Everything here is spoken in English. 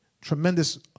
tremendous